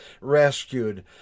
rescued